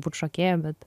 būt šokėja bet